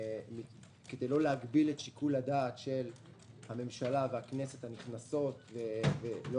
כדי לא להגביל את שיקול הדעת של הממשלה והכנסת הנכנסות לאור